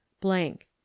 blank